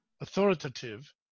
authoritative